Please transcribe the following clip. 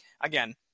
again